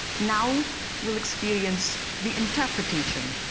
now we'll experience the interpretation.